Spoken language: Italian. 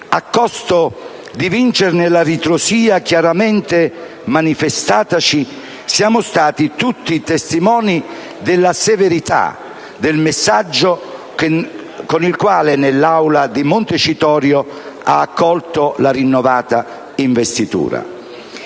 a costo di vincerne la ritrosia chiaramente manifestataci, siamo stati tutti testimoni della severità del messaggio con il quale, nell'Aula di Montecitorio, ha accolto la rinnovata investitura.